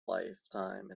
lifetime